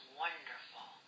wonderful